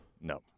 No